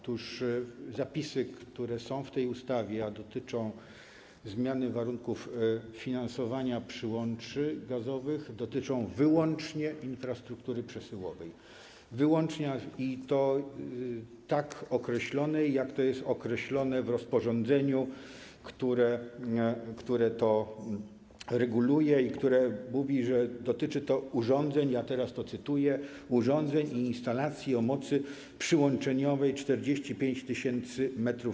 Otóż zapisy, które są w tej ustawie, a dotyczą zmiany warunków finansowania przyłączy gazowych, dotyczą wyłącznie infrastruktury przesyłowej, i to tak określonej, jak to jest określone w rozporządzeniu, które to reguluje i które mówi, że dotyczy to - cytuję - urządzeń i instalacji o mocy przyłączeniowej 45 tys. m